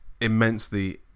Immensely